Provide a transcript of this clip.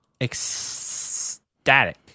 ecstatic